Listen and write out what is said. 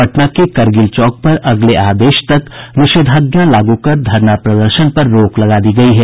पटना के करगिल चौक पर अगले आदेश तक निषेधाज्ञा लागू कर धरना प्रदर्शन पर रोक लगा दी गयी है